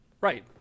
Right